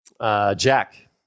Jack